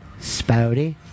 Spouty